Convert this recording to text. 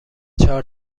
چهار